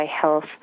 health